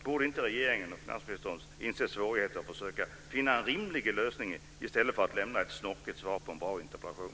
Borde inte regeringen och finansministern inse svårigheterna och försöka finna en rimlig lösning, i stället för att lämna ett snorkigt svar på en bra interpellation?